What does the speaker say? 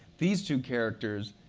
these two characters,